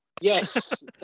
Yes